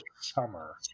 summer